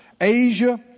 Asia